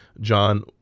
John